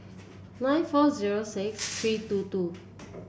nine four zero six three two two